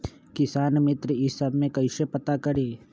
किसान मित्र ई सब मे कईसे पता करी?